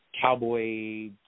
cowboy